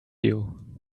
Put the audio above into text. you